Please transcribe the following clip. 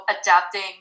adapting